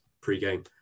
pre-game